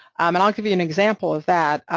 um and i'll give you an example of that,